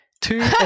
two